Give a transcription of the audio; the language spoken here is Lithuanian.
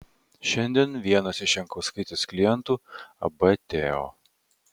šiandien vienas iš jankauskaitės klientų ab teo